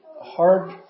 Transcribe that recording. hard